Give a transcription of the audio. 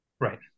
Right